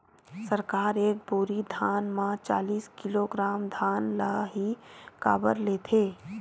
सरकार एक बोरी धान म चालीस किलोग्राम धान ल ही काबर लेथे?